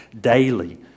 daily